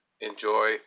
enjoy